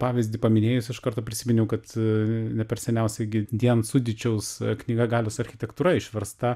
pavyzdį paminėjus iš karto prisiminiau kad ne per seniausiai gi vien sudičiaus knyga galios architektūra išversta